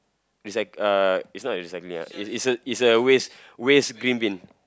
it's like uh it's not a recycling ah it's it's a it's a waste waste green bin